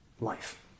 Life